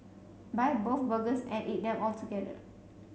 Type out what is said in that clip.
buy both burgers and eat them together